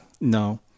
no